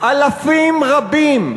אלפים רבים,